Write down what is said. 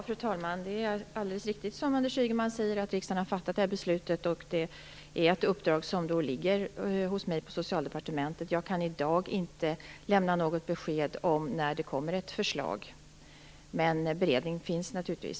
Fru talman! Det är alldeles riktigt som Anders Ygeman säger. Riksdagen har fattat detta beslut, och uppdraget ligger hos mig på Socialdepartementet. Jag kan i dag inte lämna något besked om när det kommer ett förslag, men beredning pågår naturligtvis.